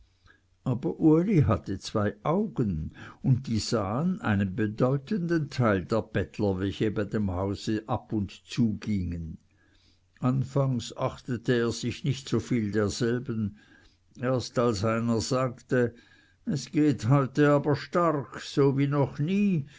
aber uli hatte zwei augen und die sahen einen bedeutenden teil der bettler welche bei dem hause ab und zugingen anfangs achtete er sich nicht so viel derselben erst als einer sagte es geht heute aber stark so wie noch nie